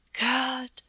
God